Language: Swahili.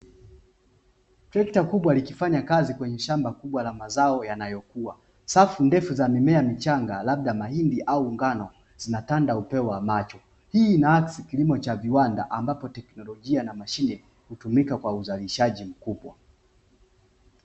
Trekta kubwa likifanya kazi kwenye shamba kubwa la mazao yanayokua. Safu ndefu za mimea michanga labda mahindi au ngano zinatanda upeo wa macho. Hii inaakisi kilimo cha viwanda ambapo teknolojia na mashine hutumika kwa uzalishaji mkubwa.